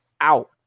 out